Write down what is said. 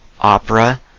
Opera